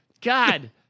God